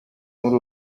muri